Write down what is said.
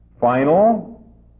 final